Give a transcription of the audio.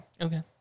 Okay